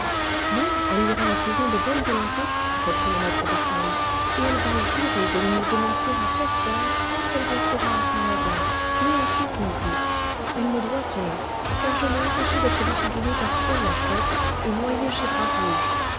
non elle ira en prison de bonne volonté reprit le maître d'école et elle va jurer de ne nous dénoncer à personne tant qu'elle restera à saint-lazare ni ensuite non plus elle me doit cela car je l'ai empêchée d'être défigurée par toi la chouette et noyée chez